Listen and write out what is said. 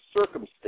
circumstance